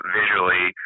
visually